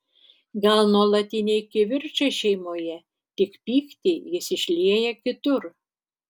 gal nuolatiniai kivirčai šeimoje tik pyktį jis išlieja kitur